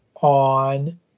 on